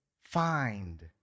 find